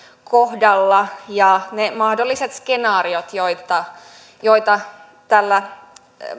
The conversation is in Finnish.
kohdalla ja ne mahdolliset skenaariot joita joita tällä